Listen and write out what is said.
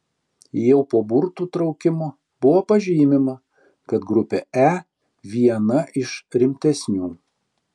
jau po burtų traukimo buvo pažymima kad grupė e viena iš rimtesnių